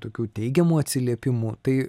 tokių teigiamų atsiliepimų tai